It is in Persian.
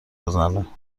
بزنه